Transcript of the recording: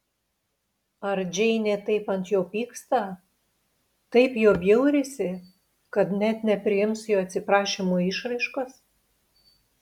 ar džeinė taip ant jo pyksta taip juo bjaurisi kad net nepriims jo atsiprašymo išraiškos